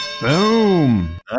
Boom